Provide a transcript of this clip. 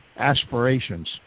aspirations